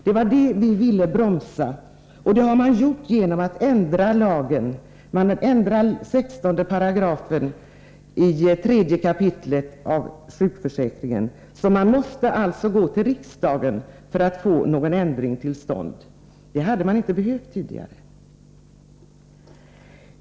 Det var det vi ville bromsa, och det har skett genom att regeringen föreslagit ändring av 3 kap. 16 § i lagen om allmän försäkring. Man måste alltså gå till riksdagen för att få en ändring till stånd, vilket man inte behövt tidigare.